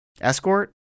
Escort